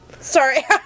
Sorry